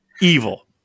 Evil